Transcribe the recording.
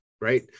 Right